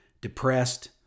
depressed